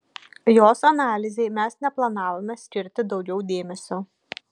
jos analizei mes neplanavome skirti daugiau dėmesio